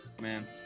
Man